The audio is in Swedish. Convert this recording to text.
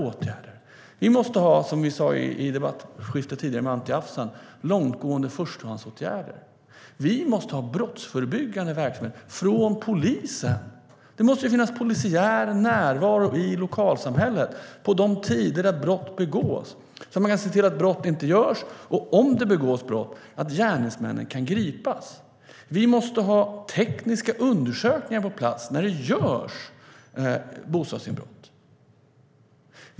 Vi måste, som vi sade i debatten tidigare med Anti Avsan, ha långtgående förstahandsåtgärder. Vi måste ha brottsförebyggande verksamhet från polisen. Det måste finnas polisiär närvaro i lokalsamhället på de tider då brott begås så att man kan se till att brott inte begås och - om det begås brott - att gärningsmännen kan gripas. Vi måste ha tekniska undersökningar på plats när det görs bostadsinbrott.